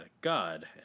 God